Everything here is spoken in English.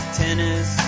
tennis